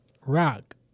Rock